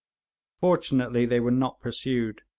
fortunately they were not pursued.